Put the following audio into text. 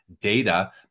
data